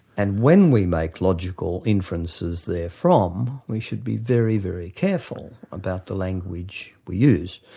and when we make logical inferences therefrom, we should be very, very careful about the language we use.